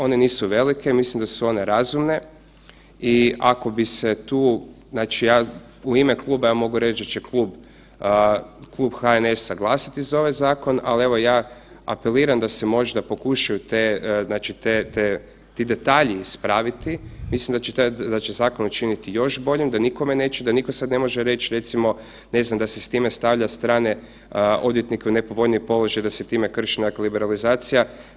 One nisu velike, mislim da su one razumne i ako bi se tu, znači ja, u ime kluba ja mogu reći da će Klub HNS-a glasati za ovaj zakon, ali evo, ja apeliram da se možda pokušaju te, znači te, te, ti detalji ispraviti, mislim da će zakon učiniti još boljim, da nikome neće, da nitko sad ne može reći, recimo, ne znam da se s time stavlja strane odvjetnike u nepovoljniji položaj i da se time krši liberalizacija.